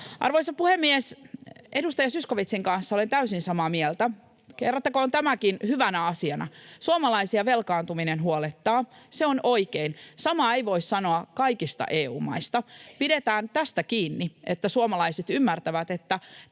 Arvoisa puhemies! Edustaja Zyskowiczin kanssa olen täysin samaa mieltä, kerrottakoon tämäkin hyvänä asiana: Suomalaisia velkaantuminen huolettaa, se on oikein. Samaa ei voi sanoa kaikista EU-maista. Pidetään tästä kiinni, että suomalaiset ymmärtävät, että